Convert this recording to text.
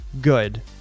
good